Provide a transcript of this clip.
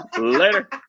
Later